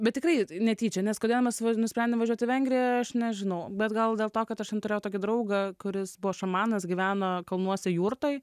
bet tikrai netyčia nes kodėl mes nusprendėm važiuoti į vengriją aš nežinau bet gal dėl to kad aš ten turėjau tokį draugą kuris buvo šamanas gyveno kalnuose jurtoj